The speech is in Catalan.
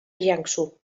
jiangsu